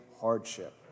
hardship